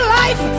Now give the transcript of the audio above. life